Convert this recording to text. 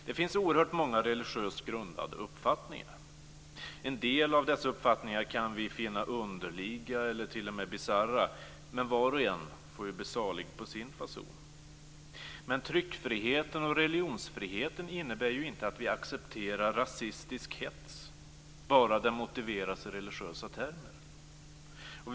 Det finns oerhört många religiöst grundade uppfattningar. En del av dessa uppfattningar kan vi finna underliga eller t.o.m. bisarra, men var och en får ju bli salig på sin fason. Men tryckfriheten och religionsfriheten innebär inte att vi accepterar rasistisk hets bara den motiveras i religiösa termer.